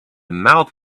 mouth